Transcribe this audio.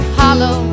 hollow